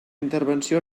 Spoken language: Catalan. intervenció